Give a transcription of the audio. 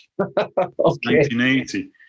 1980